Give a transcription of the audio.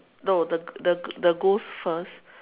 no the the the ghost first